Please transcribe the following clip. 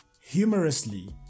Humorously